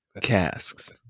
Casks